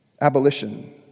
abolition